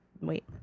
Wait